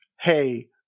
hey